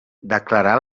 declarà